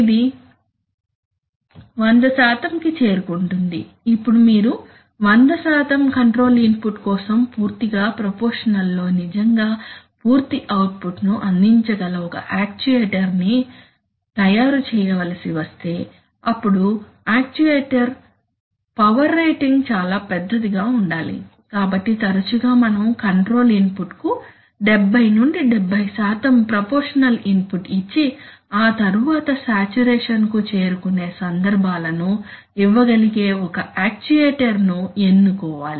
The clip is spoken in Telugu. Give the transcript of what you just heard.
ఇది 100 కి చేరుకుంటుంది ఇప్పుడు మీరు 100 కంట్రోల్ ఇన్పుట్ కోసం పూర్తిగా ప్రపోర్షషనల్ లో నిజంగా పూర్తి అవుట్పుట్ను అందించగల ఒక యాక్యుయేటర్ ను తయారు చేయవలసి వస్తే అప్పుడు యాక్యుయేటర్ పవర్ రేటింగ్ చాలా పెద్దదిగా ఉండాలి కాబట్టి తరచుగా మనం కంట్రోల్ ఇన్పుట్ కు 70 75 ప్రపోర్షషనల్ ఇన్పుట్ ఇచ్చి ఆతరువాత సాచురేషన్ కు చేరుకునే సందర్భాలను ఇవ్వగలిగే ఒక యాక్చుయేటర్ ను ఎన్నుకోవాలి